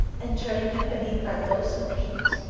and treading him beneath thy loathsome feet,